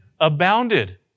abounded